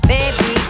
Baby